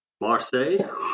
Marseille